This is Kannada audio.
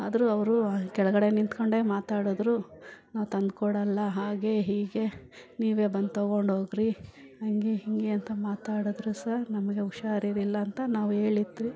ಆದರು ಅವರು ಕೆಳಗಡೆ ನಿಂತ್ಕೊಂಡೆ ಮಾತಾಡಿದ್ರು ನಾವು ತಂದುಕೊಡಲ್ಲ ಹಾಗೆ ಹೀಗೆ ನೀವೇ ಬಂದು ತೊಗೊಂಡೋಗ್ರಿ ಹಂಗೆ ಹಿಂಗೆ ಅಂತ ಮಾತಾಡಿದ್ರು ಸರ್ ನಮಗೆ ಹುಷಾರಿರಿಲ್ಲ ಅಂತ ನಾವು ಹೇಳಿದ್ರಿ